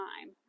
time